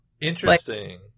Interesting